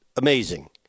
amazing